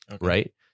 right